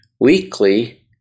weekly